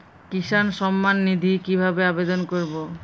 কিষান সম্মাননিধি কিভাবে আবেদন করব?